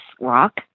rock